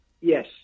Yes